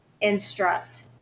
instruct